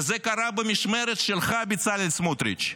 וזה קרה במשמרת שלך, בצלאל סמוטריץ'.